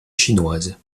chinoises